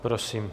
Prosím.